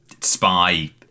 spy